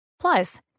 Plus